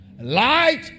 Light